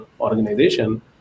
organization